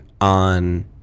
on